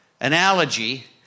analogy